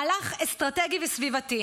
זה מהלך אסטרטגי וסביבתי.